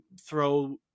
throw